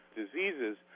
diseases